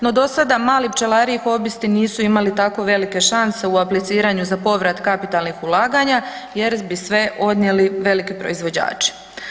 No, dosada mali pčelari i hobisti nisu imali tako velike šanse u apliciranju za povrat kapitalnih ulaganja jer bi sve odnijeli veliki proizvođači.